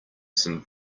some